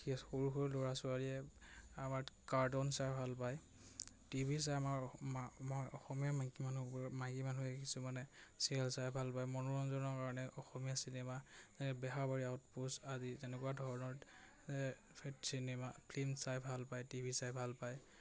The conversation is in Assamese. সৰু সৰু ল'ৰা ছোৱালীয়ে আমাৰ কাৰ্টুন চাই ভাল পায় টিভি চাই আমাৰ অসমীয়া মাইকী মানুহবোৰে মাইকী মানুহে কিছুমানে চিৰিয়েল চাই ভাল পায় মনোৰঞ্জনৰ কাৰণে অসমীয়া চিনেমা বেহাৰবাৰী আউটপোষ্ট আদি তেনেকুৱা ধৰণৰ চিনেমা ফিল্ম চাই ভাল পায় টিভি চাই ভাল পায়